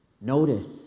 Notice